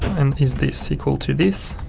and is this equal to this?